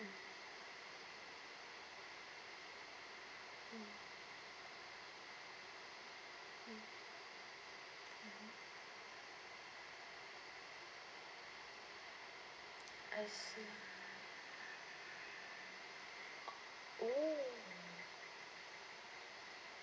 oh